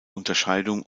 unterscheidung